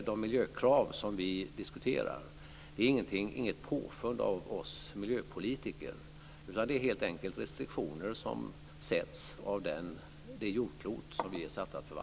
De miljökrav som vi diskuterar är inga påfund av oss miljöpolitiker, utan det är helt enkelt restriktioner som sätts av det jordklot som vi är satta att förvalta.